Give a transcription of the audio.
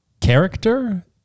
character